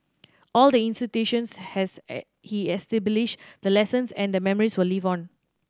all the institutions has he established the lessons and the memories will live on